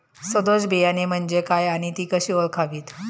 सदोष बियाणे म्हणजे काय आणि ती कशी ओळखावीत?